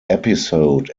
episode